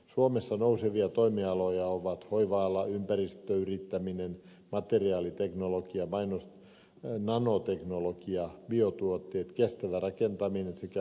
suomessa nousevia toimialoja ovat hoiva ala ympäristöyrittäminen materiaaliteknologia nanoteknologia biotuotteet kestävä rakentaminen sekä uusiutuva energia